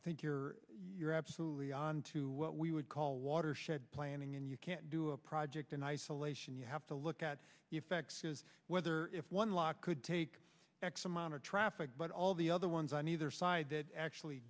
think you're absolutely on to what we would call watershed planning and you can't do a project in isolation you have to look at effects is whether if one lock could take x amount of traffic but all the other ones on either side that actually